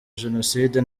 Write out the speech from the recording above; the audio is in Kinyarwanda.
jenoside